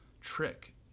trick